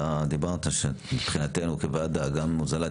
אתה דיברת שמבחינתנו כוועדה גם הוזלת